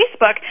Facebook